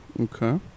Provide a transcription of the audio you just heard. Okay